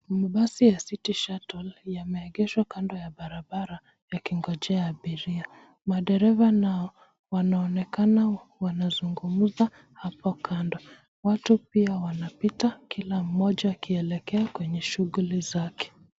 Mabasi ya City Shuttle yameegeshwa kando ya barabara yakingojea abiria. Madereva nao wanaonekana wanazungumza hapo kando. Watu pia wanapita kila mmoja akielekea kwenye shughuli zake.